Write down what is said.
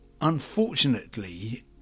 unfortunately